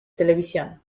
televisión